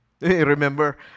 Remember